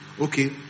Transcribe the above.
Okay